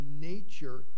nature